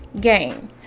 game